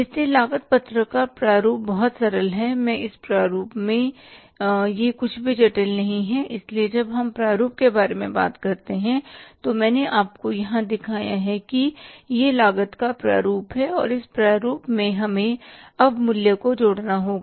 इसलिए लागत पत्रक का प्रारूप बहुत सरल है और इस प्रारूप में यह कुछ भी जटिल नहीं है इसलिए जब हम प्रारूप के बारे में बात करते हैं तो मैंने आपको यहाँ दिखाया है कि यह लागत का प्रारूप है और इस प्रारूप में हमें अब मूल्य को जोड़ना होगा